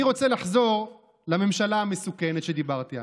אני רוצה לחזור לממשלה המסוכנת שדיברתי עליה.